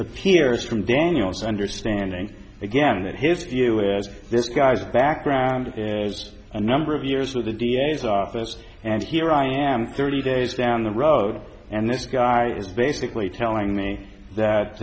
appears from daniel's understanding again that his view is this guy's background as a number of years with the d a s office and here i am thirty days down the road and this guy is basically telling me that